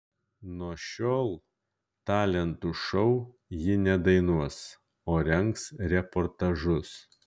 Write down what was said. nuo šiol talentų šou ji nedainuos o rengs reportažus